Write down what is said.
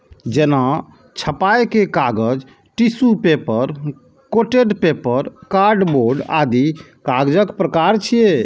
जेना छपाइ के कागज, tissue paper, coated paper, cardboard आदि कागजक प्रकार छियै